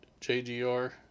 JGR